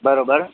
बराबरि